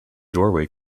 doorway